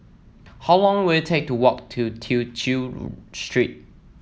how long will it take to walk to Tew Chew Street